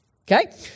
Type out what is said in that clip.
okay